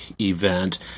event